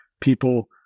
people